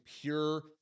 pure